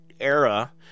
era